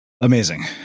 Amazing